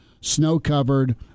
snow-covered